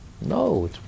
No